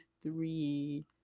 three